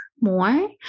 more